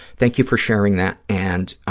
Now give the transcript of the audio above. thank you for sharing that, and